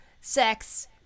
sex